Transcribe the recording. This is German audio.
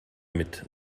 mit